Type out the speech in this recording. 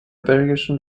belgischen